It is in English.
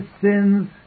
sins